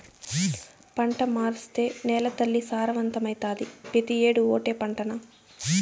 పంట మార్సేత్తే నేలతల్లి సారవంతమైతాది, పెతీ ఏడూ ఓటే పంటనా